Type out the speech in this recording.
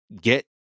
get